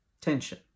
tension